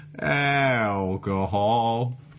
Alcohol